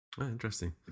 Interesting